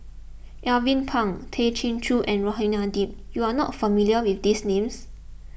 Alvin Pang Tay Chin Joo and Rohani Din you are not familiar with these names